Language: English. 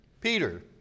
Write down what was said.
Peter